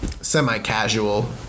Semi-casual